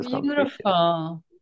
beautiful